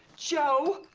joe!